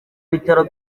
bitaro